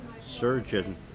surgeon